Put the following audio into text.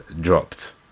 dropped